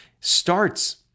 starts